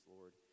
Lord